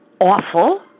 awful